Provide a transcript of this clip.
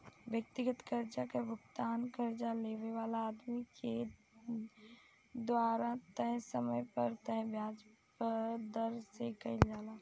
व्यक्तिगत कर्जा के भुगतान कर्जा लेवे वाला आदमी के द्वारा तय समय पर तय ब्याज दर से कईल जाला